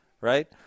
right